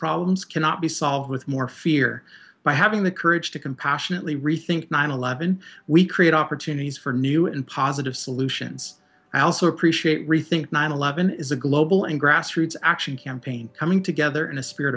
problems cannot be solved with more fear by having the courage to compassionately rethink nine eleven we create opportunities for new and positive solutions i also appreciate rethink nine eleven is a global and grassroots action campaign coming together in a spirit